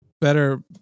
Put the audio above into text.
better